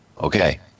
Okay